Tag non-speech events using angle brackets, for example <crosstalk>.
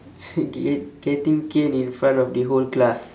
<laughs> get getting cane in front of the whole class